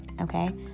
okay